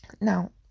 now